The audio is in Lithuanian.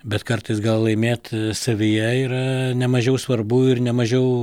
bet kartais gal laimėt savyje yra nemažiau svarbu ir nemažiau